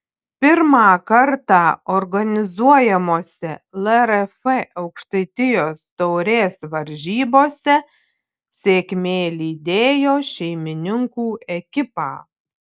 pirmą kartą organizuojamose lrf aukštaitijos taurės varžybose sėkmė lydėjo šeimininkų ekipą